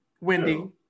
Wendy